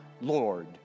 Lord